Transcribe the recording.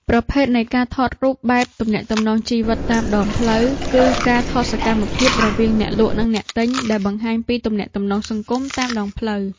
ប្រភេទនៃការថតរូបបែប ទំនាក់ទំនងជីវិតតាមដងផ្លូវ គឺការថតសកម្មភាពរវាងអ្នកលក់ និងអ្នកទិញ ដែលបង្ហាញពីទំនាក់ទំនងសង្គមតាមដងផ្លូវ។